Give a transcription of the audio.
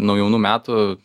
nuo jaunų metų